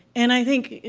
and i think, ah,